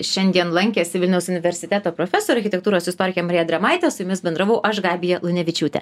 šiandien lankėsi vilniaus universiteto profesorė architektūros istorikė marija drėmaitė su jumis bendravau aš gabija lunevičiūtė